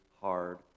hard